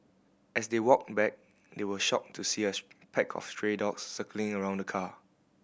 as they walked back they were shocked to see pack of stray dogs circling around the car